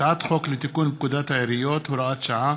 הצעת חוק לתיקון פקודת העיריות (הוראת שעה),